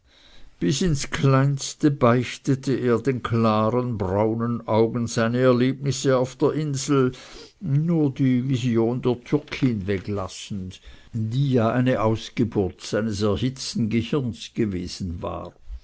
bis ins kleinste beichtete er den klaren braunen augen seine erlebnisse auf der insel nur die vision der türkin weglassend die ja eine ausgeburt seines erhitzten gehirns gewesen war